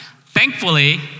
Thankfully